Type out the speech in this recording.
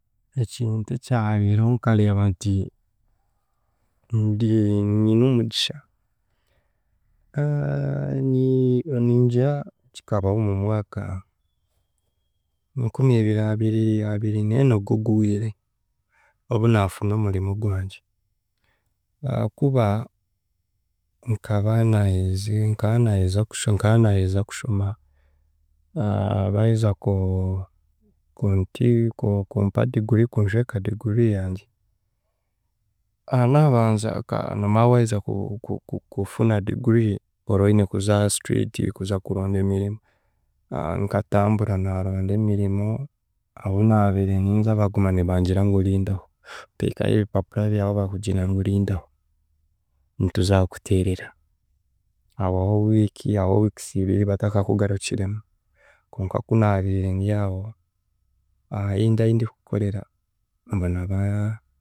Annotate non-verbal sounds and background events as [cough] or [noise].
Ekintu ekyabiireho nkareeba nti ndi nyine omugisha [hesitation] ni- ningira kikabaho omu mwaka enkumibiri abiri abirineena ogu oguhwire obunafuna omurimo gwangye ahaakuba nkaba naaheza nkaba naaheza nka naaheza kusho nkaba naaheza kushoma [hesitation] baaheza ku- kunti kuku kumpa degree kunjweka degree yangye,-a naabanza ka noomanya waaheza ku- ku- kufuna degree ora oine kuza aha street kuza kuronda emirimo [hesitation] nkatambura naaronda emirimo ahunaabiire ninza baguma nibangira ngu rindaho oteekayo ebipapura byawe bakugira ngu rindaho nituza kukuteerera hahwaho week hahwaho weeks ibiri batakakugarukiremu konka kunaabire ndyaho aho hindi ahindikukorera mbona ba